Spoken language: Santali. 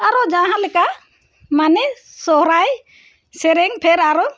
ᱟᱨᱚ ᱡᱟᱦᱟᱸ ᱞᱮᱠᱟ ᱢᱟᱱᱮ ᱥᱚᱦᱚᱨᱟᱭ ᱥᱮᱨᱮᱧ ᱯᱷᱮᱨ ᱟᱨᱚ